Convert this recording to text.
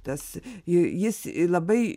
tas i jis labai